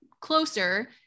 closer